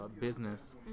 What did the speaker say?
business